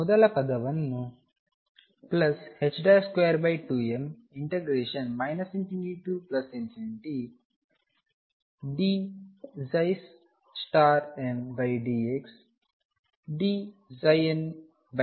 ಆದ್ದರಿಂದ ಮೊದಲ ಪದವನ್ನು 22m ∞dmdxdndxdx ಎಂದು ಬರೆಯಬಹುದು